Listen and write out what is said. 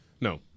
No